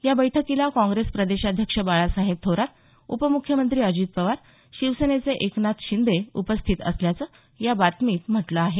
या बैठकीला काँग्रेस प्रदेशाध्यक्ष बाळासाहेब थोरात उपम्ख्यमंत्री अजित पवार शिवसेनेचे एकनाथ शिंदे उपस्थित असल्याचं या बातमीत म्हटलं आहे